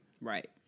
right